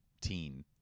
teen